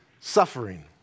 suffering